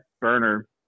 burner